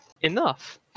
enough